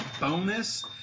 bonus